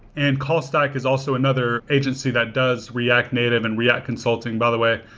and callstack is also another agency that does react native and react consulting. by the way,